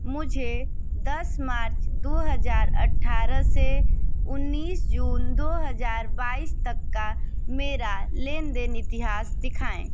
मुझे दस मार्च दो हज़ार अट्ठारह से उन्नीस जून दो हज़ार बाईस तक का मेरा लेन देन इतिहास दिखाएँ